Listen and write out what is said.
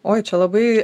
oi čia labai